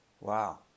Wow